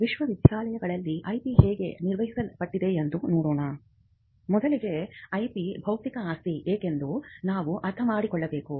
ವಿಶ್ವವಿದ್ಯಾನಿಲಯಗಳಲ್ಲಿ ಐಪಿ ನಿರ್ವಹಣೆ ವಿಶ್ವವಿದ್ಯಾಲಯಗಳಲ್ಲಿ IP ಹೇಗೆ ನಿರ್ವಹಿಸಲ್ಪಡುತ್ತದೆ ಎಂದು ನೋಡೋಣ ಮೊದಲಿಗೆ IP ಬೌದ್ಧಿಕ ಆಸ್ತಿ ಏನೆಂದು ನಾವು ಅರ್ಥಮಾಡಿಕೊಳ್ಳಬೇಕು